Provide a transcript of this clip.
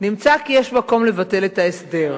נמצא כי יש מקום לבטל את ההסדר.